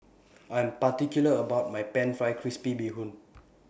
I Am particular about My Pan Fried Crispy Bee Hoon